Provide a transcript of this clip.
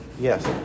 Yes